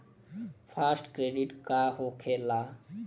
Fast credit का होखेला?